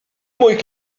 moich